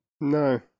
No